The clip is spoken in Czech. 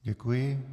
Děkuji.